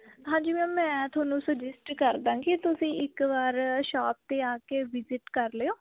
ਹਾਂਜੀ ਮੈਮ ਮੈਂ ਤੁਹਾਨੂੰ ਸੁਜੈਸਟ ਕਰ ਦਿਆਂਂਗੀ ਤੁਸੀਂ ਇੱਕ ਵਾਰ ਸ਼ੋਪ 'ਤੇ ਆ ਕੇ ਵਿਜਿਟ ਕਰ ਲਿਓ